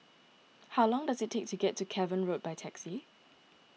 how long does it take to get to Cavan Road by taxi